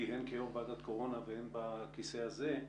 הן כיו"ר ועדת קורונה והן בכיסא הזה,